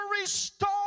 restore